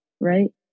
right